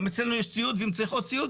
גם אצלנו יש ציוד ואם צריך עוד ציוד,